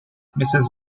mrs